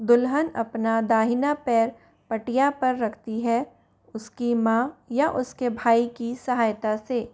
दुल्हन अपना दाहिना पैर पटिया पर रखती है उसकी माँ या उसके भाई की सहायता से